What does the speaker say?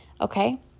Okay